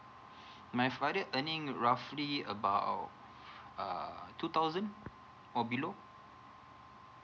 my father earning roughly about uh two thousand or below